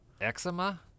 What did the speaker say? Eczema